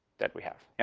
that we have. yeah.